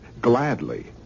gladly